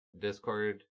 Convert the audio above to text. Discord